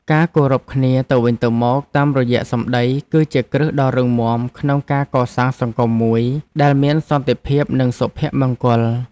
ការគោរពគ្នាទៅវិញទៅមកតាមរយៈសម្តី គឺជាគ្រឹះដ៏រឹងមាំក្នុងការកសាងសង្គមមួយដែលមានសន្តិភាពនិងសុភមង្គល។